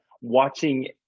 watching